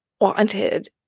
wanted